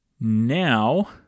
Now